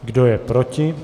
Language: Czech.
Kdo je proti?